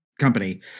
company